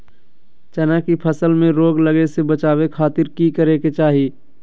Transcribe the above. चना की फसल में रोग लगे से बचावे खातिर की करे के चाही?